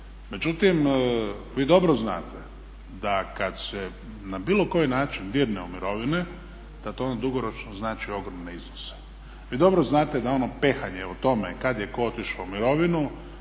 Međutim, vi dobro znate da kad se na bilo koji način dirne u mirovine da to dugoročno znači ogromne iznose. Vi dobro znate da ono pehanje o tome kad je tko otišao u mirovinu